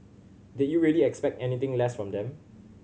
did you really expect anything less from them